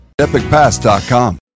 EpicPass.com